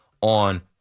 on